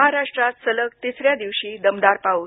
महाराष्ट्रात सलग तिसऱ्या दिवशी दमदार पाऊस